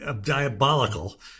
diabolical